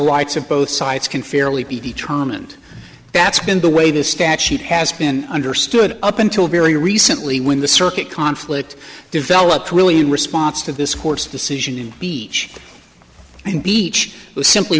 rights of both sides can fairly be determined that's been the way the statute has been understood up until very recently when the circuit conflict developed really in response to this court's decision and b and beach was simply